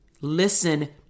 listen